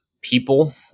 people